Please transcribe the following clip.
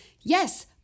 Yes